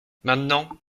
maintenant